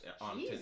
on